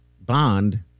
Bond